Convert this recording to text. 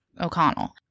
O'Connell